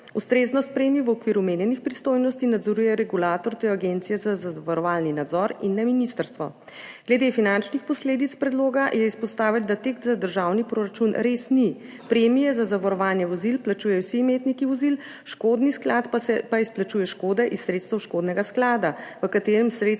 Ustreznost premij v okviru omenjenih pristojnosti nadzoruje regulator, to je Agencija za zavarovalni nadzor in ne ministrstvo. Glede finančnih posledic predloga je izpostavila, da teh za državni proračun res ni. Premije za zavarovanje vozil plačujejo vsi imetniki vozil, škodni sklad izplačuje škode iz sredstev škodnega sklada, v katerega sredstva